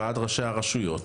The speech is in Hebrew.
ועד ראשי הרשויות,